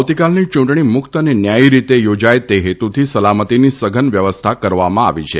આવતીકાલની ચૂંટણી મુક્ત અને ન્યાયી રીતે યોજાય તે હેતુથી સલામતીની સઘન વ્યવસ્થા કરવામાં આવી છે